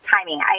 timing